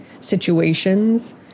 situations